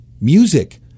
music